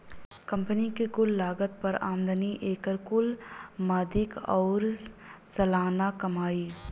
company के कुल लागत पर आमदनी, एकर कुल मदिक आउर सालाना कमाई